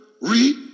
read